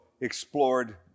explored